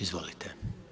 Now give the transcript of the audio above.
Izvolite.